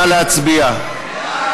נא להצביע.